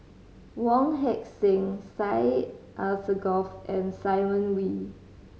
Wong Heck Sing Syed Alsagoff and Simon Wee